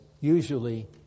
usually